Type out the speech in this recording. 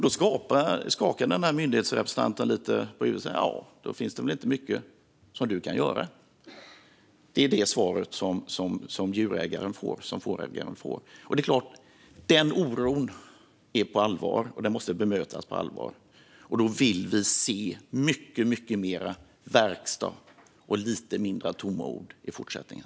Då skakade myndighetsrepresentanten lite på huvudet och sa: Då finns det väl inte mycket som du kan göra. Det var det svar fårägaren fick. Denna oro är på allvar, och den måste bemötas på allvar. Därför vill vi se mycket mer verkstad och lite mindre tomma ord i fortsättningen.